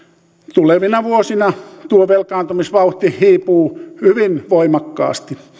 tulevina vuosina tuo velkaantumisvauhti hiipuu hyvin voimakkaasti